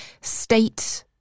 state